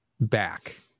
back